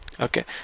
okay